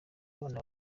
abana